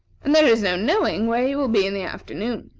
and there is no knowing where he will be in the afternoon.